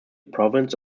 province